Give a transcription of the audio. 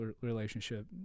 relationship